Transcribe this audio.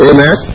Amen